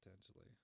potentially